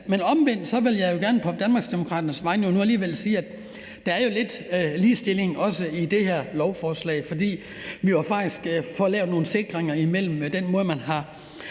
Omvendt vil jeg gerne fra Danmarksdemokraternes side sige, at der jo også er lidt ligestilling i det her lovforslag, fordi vi faktisk får lavet nogle sikringer i forhold til den måde, man har